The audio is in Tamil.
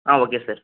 ah okay sir